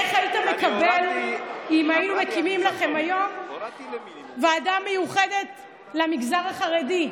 איך היית מקבל אם היינו מקימים לכם היום ועדה מיוחדת למגזר החרדי?